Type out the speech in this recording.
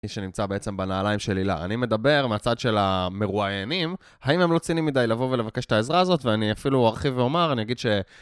שנמצא בעצם בנעליים של הילה, אני מדבר מהצד של המרואיינים, האם הם לא צינים מדי לבוא ולבקש את העזרה הזאת, ואני אפילו ארחיב ואומר, אני אגיד ש...